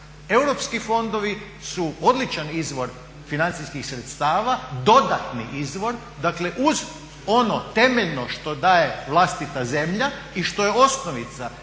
Europski fondovi su odličan izvor financijskih sredstava dodatni izvor, dakle uz ono temeljno što daje vlastita zemlja i što je osnovica